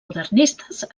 modernistes